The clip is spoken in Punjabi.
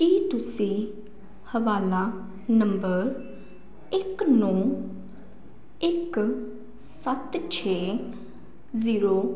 ਕੀ ਤੁਸੀਂ ਹਵਾਲਾ ਨੰਬਰ ਇੱਕ ਨੌਂ ਇੱਕ ਸੱਤ ਛੇ ਜ਼ੀਰੋ